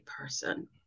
person